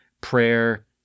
prayer